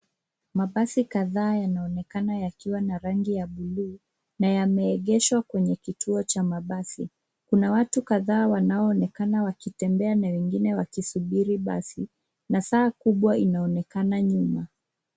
Mabasi kadhaa yanaonekana yakiwa na rangi ya buluu na yameegeshwa kwenye kituo cha mabasi. Kuna watu kadhaa wanaonekana wakitembea na wengine wakisubiri basi na saa kubwa inaonekana nyuma.